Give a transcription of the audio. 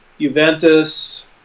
Juventus